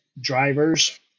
drivers